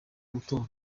gutora